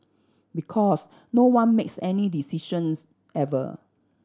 because no one makes any decisions ever